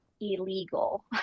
illegal